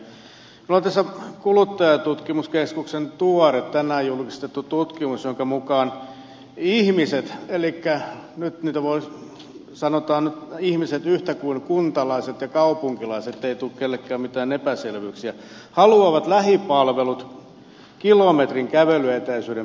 minulla on tässä kuluttajatutkimuskeskuksen tuore tänään julkistettu tutkimus jonka mukaan ihmiset elikkä sanotaan nyt ihmiset yhtä kuin kuntalaiset ja kaupunkilaiset ei tule kenellekään mitään epäselvyyksiä haluavat lähipalvelut kilometrin kävelyetäisyyden päähän korkeintaan